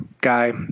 guy